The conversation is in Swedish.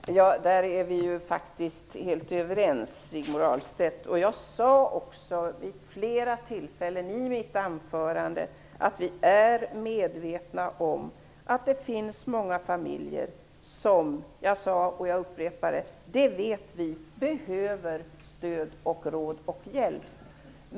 Fru talman! Där är vi faktiskt helt överens, Rigmor Ahlstedt. Jag sade också vid flera tillfällen i mitt anförande att vi är medvetna om att det finns många familjer som - det vet vi, och jag upprepar det nu - behöver stöd, råd och hjälp.